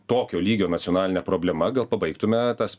tokio lygio nacionalinė problema gal pabaigtume tas